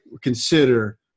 consider